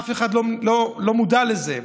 אף אחד לא מודע לזה.